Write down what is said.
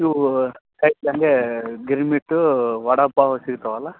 ಇವು ಹಂಗೇ ಗಿರ್ಮಿಟ್ಟು ವಡೆ ಪಾವ್ ಸಿಗ್ತವ ಅಲ್ಲ